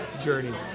journey